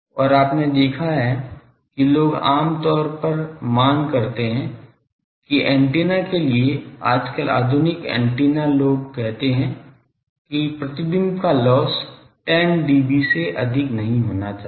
और आपने देखा है कि लोग आमतौर पर मांग करते हैं कि एंटेना के लिए आजकल आधुनिक एंटेना लोग कहते हैं कि प्रतिबिंब का लॉस 10 dB से अधिक नहीं होना चाहिए